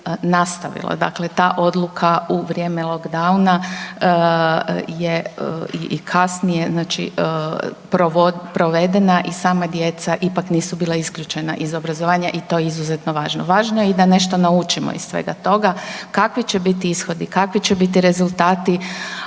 Dakle, ta odluka u vrijeme lockdowna je i kasnije znači provedena i sama djeca ipak nisu bila isključena iz obrazovanja i to je izuzetno važno. Važno je i da nešto naučimo iz svega toga. Kakvi će biti ishodi, kakvi će biti rezultati